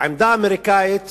העמדה האמריקנית